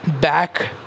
Back